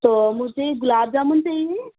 تو مجھے گلاب جامن چاہیے